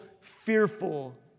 fearful